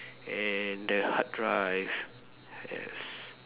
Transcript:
and the hard drive yes